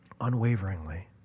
unwaveringly